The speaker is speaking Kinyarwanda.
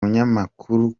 munyamakuru